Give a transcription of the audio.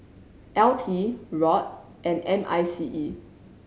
L T ROD and M I C E